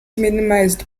minimized